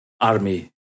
army